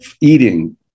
eating